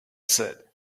said